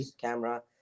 camera